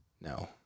No